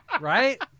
Right